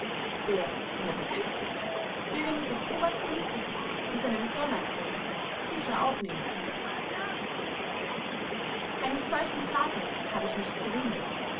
der den er begünstigt wird er mit dem obersten jupiter und seinem tonnerkeile sicher aufnehmen können eines solchen vaters hab ich mich zu rühmen